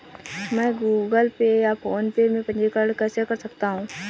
मैं Google Pay या PhonePe में पंजीकरण कैसे कर सकता हूँ?